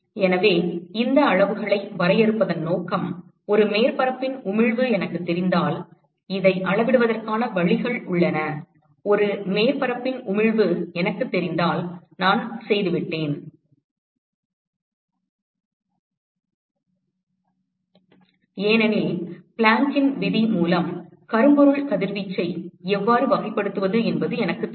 எனவே இந்த அளவுகளை வரையறுப்பதன் நோக்கம் ஒரு மேற்பரப்பின் உமிழ்வு எனக்குத் தெரிந்தால் இதை அளவிடுவதற்கான வழிகள் உள்ளன ஒரு மேற்பரப்பின் உமிழ்வு எனக்குத் தெரிந்தால் நான் செய்துவிட்டேன் ஏனெனில் பிளாங்க் விதியின் Planck's law மூலம் கரும்பொருள் கதிர்வீச்சை எவ்வாறு வகைப்படுத்துவது என்பது எனக்குத் தெரியும்